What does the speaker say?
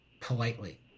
politely